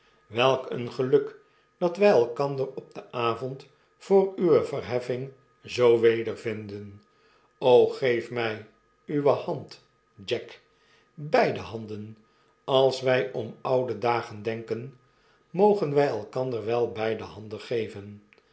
welk een geluk dat wy elkander op den avond voor uwe verheffing zoo wedervinden geef mij uwe hand jack beide handen als wy om oude dagen denken mogen wij elkander wel beide handen geven